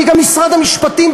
כי גם משרד המשפטים,